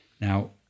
Now